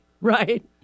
right